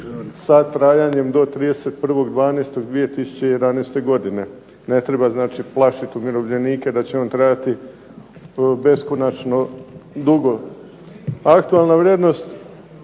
sa trajanjem do 31.12.2011. godine. Ne treba znači plašit umirovljenike da će on trajati beskonačno dugo. Aktualna vrijednost